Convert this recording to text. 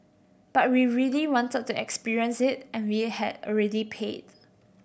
but we really wanted to experience it and we had already paid